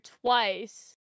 twice